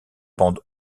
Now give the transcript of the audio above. bande